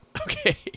Okay